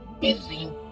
Busy